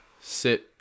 sit